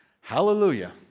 hallelujah